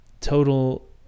total